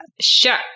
Sure